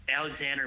Alexander